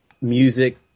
music